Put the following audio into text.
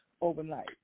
overnight